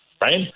right